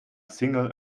single